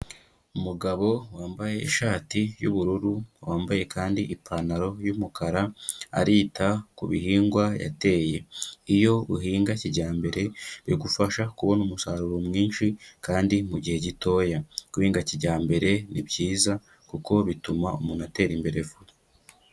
Umugabo wambaye ishati y'ubururu, wambaye kandi ipantaro y'umukara arita ku bihingwa yateye, iyo uhinga kijyambere bigufasha kubona umusaruro mwinshi kandi mu gihe gitoya. Guhinga kijyambere ni byiza kuko bituma umuntu atera imbere vuba.